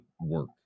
work